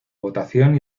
votación